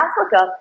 Africa